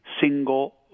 single